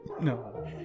No